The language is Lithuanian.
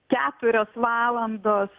keturios valandos